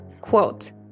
quote